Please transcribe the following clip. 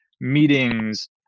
meetings